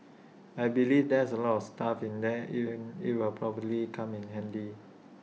I believe there's A lot of stuff in there it'll it'll probably come in handy